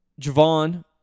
Javon